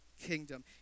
kingdom